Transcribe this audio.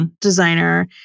Designer